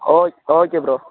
okay okay bro